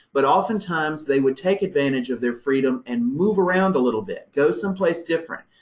but oftentimes they would take advantage of their freedom and move around a little bit, go someplace different,